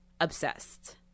obsessed